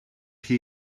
chi